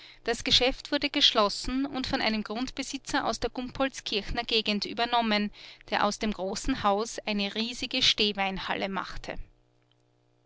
das geschäft wurde geschlossen und von einem grundbesitzer aus der gumpoldskirchner gegend übernommen der aus dem großen haus eine riesige stehweinhalle machte